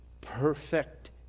perfect